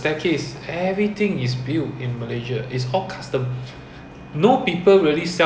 it's like my previous company right we tell the builder what we want lor